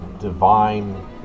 divine